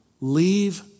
leave